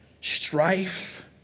Strife